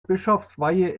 bischofsweihe